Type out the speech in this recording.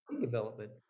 development